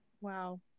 wow